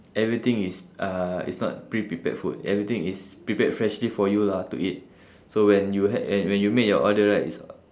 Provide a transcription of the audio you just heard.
everything is uh it's not pre-prepared food everything is prepared freshly for you lah to eat so when you had and when you make your order right